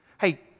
Hey